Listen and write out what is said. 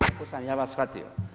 Tako sam ja vas shvatio.